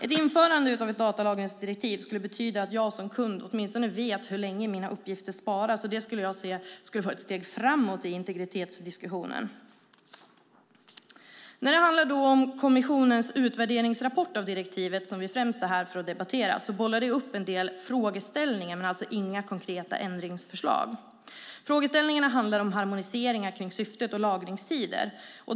Ett införande av ett datalagringsdirektiv skulle betyda att jag som kund åtminstone skulle veta hur länge mina uppgifter sparas. Det skulle vara ett steg framåt i integritetsdiskussionen. När det handlar om kommissionens utvärderingsrapport om direktivet, som vi främst är här för att debattera, bollar det upp en del frågeställningar, men inga konkreta ändringsförslag. Frågeställningarna handlar om harmoniseringar kring syftet och lagringstider.